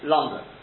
London